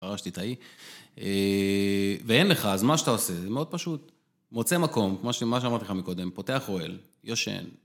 פרשתי תאי. ואין לך, אז מה שאתה עושה, זה מאוד פשוט, מוצא מקום, כמו שאמרתי לך מקודם, פותח אוהל, ישן.